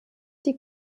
die